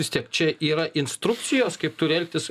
vis tiek čia yra instrukcijos kaip turi elgtis